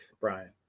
Brian